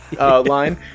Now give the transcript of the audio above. line